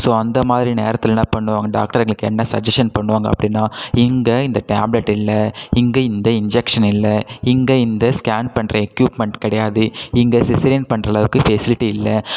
so அந்த மாதிரி நேரத்தில் என்ன பண்ணுவாங்கள் டாக்டர் எங்களுக்கு என்ன சஜ்ஜஷன் பண்ணுவாங்கள் அப்படின்னா இங்கே இந்த டேப்லட் இல்லை இங்கே இந்த இன்ஜெக்ஷன் இல்லை இங்கே இந்த ஸ்கேன் பண்ணுற எக்யூப்மெண்ட் கிடையாது இங்கே சிசரியன் பண்ணுறளவுக்கு ஃபெசிலிட்டி இல்லை